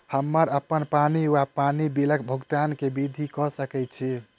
हम्मर अप्पन पानि वा पानि बिलक भुगतान केँ विधि कऽ सकय छी?